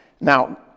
now